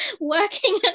working